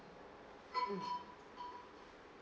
mm